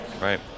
Right